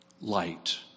Light